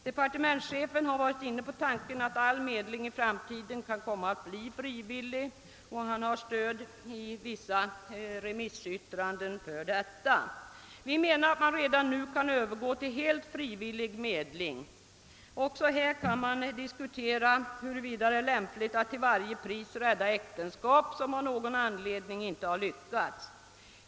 Departementschefen har varit inne på tanken att all medling i framtiden kan komma att bli frivillig, och han har stöd för detta i vissa remissyttranden. Vi menar att man redan nu kan övergå till helt frivillig medling. Också här kan man diskutera, huruvida det är lämpligt att till varje pris rädda äktenskap som av någon anledning inte har lyckats.